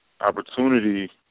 opportunity